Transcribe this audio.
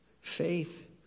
Faith